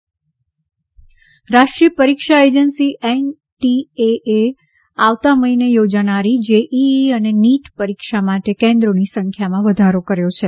JEE NEET રાષ્ટ્રીય પરીક્ષા agency એનટીએએ આવતા મહીને યોજાનારી જેઇઇ અને નીટ પરીક્ષા માટે કેન્દ્રોની સંખ્યામાં વધારો કર્યો છે